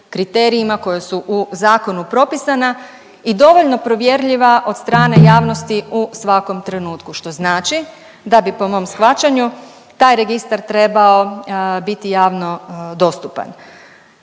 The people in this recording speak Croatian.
kriterijima koji su u zakonu propisana i dovoljno provjerljiva od strane javnosti u svakom trenutku. Što znači da bi po mom shvaćanju taj registar trebao biti javno dostupan.